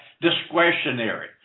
Discretionary